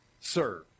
serve